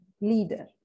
leader